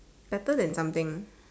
better than something